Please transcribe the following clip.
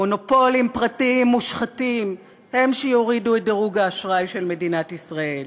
מונופולים פרטיים מושחתים הם שיורידו את דירוג האשראי של ישראל.